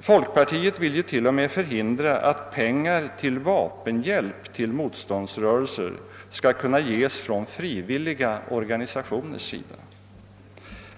Folk partiet vill ju till och med förhindra att pengar till vapenhjälp till motståndsrörelser skall kunna ges från frivilliga organisationer.